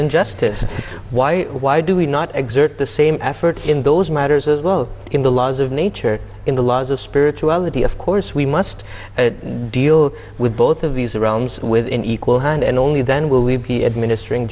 injustice why why do we not exert the same effort in those matters as well in the laws of nature in the laws of spirituality of course we must deal with both of these around with an equal hand and only then will we be administering